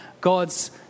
God's